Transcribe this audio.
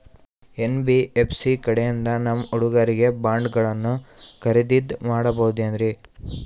NBFC ಕಡೆಯಿಂದ ನಮ್ಮ ಹುಡುಗರಿಗೆ ಬಾಂಡ್ ಗಳನ್ನು ಖರೀದಿದ ಮಾಡಬಹುದೇನ್ರಿ?